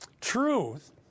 truth